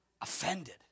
offended